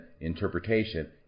interpretation